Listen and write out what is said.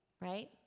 right